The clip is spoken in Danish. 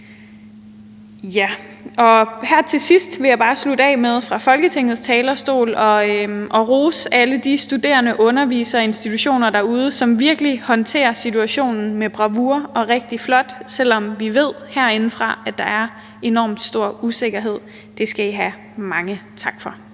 Her til sidst vil jeg bare slutte af med fra Folketingets talerstol at rose alle de studerende, undervisere og institutionerne derude, som virkelig håndterer situationen med bravur og rigtig flot, selv om vi ved herindefra, at der er enormt stor usikkerhed. Det skal I have mange tak for.